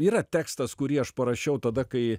yra tekstas kurį aš parašiau tada kai